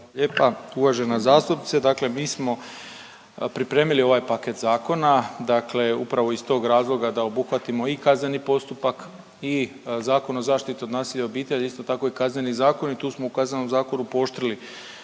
lijepa uvažena zastupnice. Dakle, mi smo pripremili ovaj paket zakona, dakle upravo iz tog razloga da obuhvatimo i kazneni postupak i Zakon o zaštiti od nasilja u obitelji isto tako i Kazneni zakon i tu smo u Kaznenom zakonu pooštrili